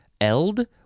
eld